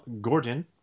Gordon